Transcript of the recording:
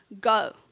go